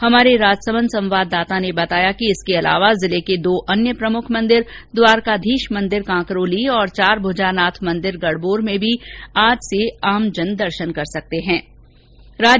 हमारे राजसमंद संवाददाता ने बताया कि इसके अलावा जिले के दो अन्य प्रमुख मंदिर द्वारकाधीश मंदिर कांकरोली तथा चारभूजा नाथ मंदिर गड़बोर में भी आज से आमजन दर्शन कर सकेंगे